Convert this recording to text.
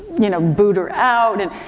you know, booed her out. and,